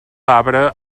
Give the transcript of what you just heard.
arbre